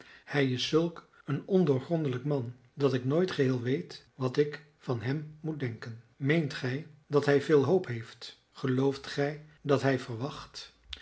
hij is zulk een ondoorgrondelijk man dat ik nooit geheel weet wat ik van hem moet denken meent gij dat hij veel hoop heeft gelooft gij dat hij verwacht